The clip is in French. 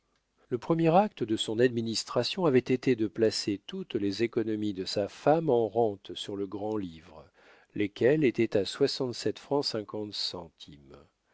le premier acte de son administration avait été de placer toutes les économies de sa femme en rentes sur le grand-livre lesquelles étaient à soixante-sept francs cinquante centimes